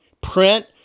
print